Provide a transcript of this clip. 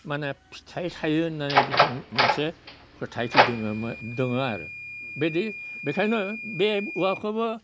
माने फिथाइ थाइयो होननानै बिथां मोनसे फोथायथि दोङोमोन दोङो आरो बेदि बेखायनो बे औवाखौबो